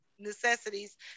necessities